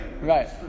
Right